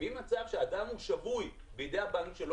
עוברים ממצב שאדם הוא שבוי בידי הבנק שלו.